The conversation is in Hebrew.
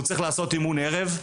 והוא צריך לעשות אימון ערב.